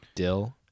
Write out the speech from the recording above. Dill